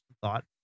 thought